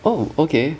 oh okay